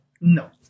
No